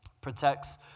protects